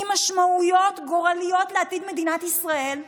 עם משמעויות גורליות לעתיד מדינת ישראל,